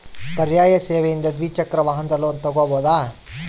ಪರ್ಯಾಯ ಸೇವೆಯಿಂದ ದ್ವಿಚಕ್ರ ವಾಹನದ ಲೋನ್ ತಗೋಬಹುದಾ?